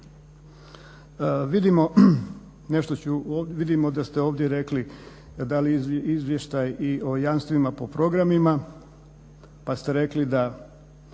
vidimo da ste ovdje rekli, dali izvještaj i o jamstvima po programima pa ste rekli da